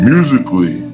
Musically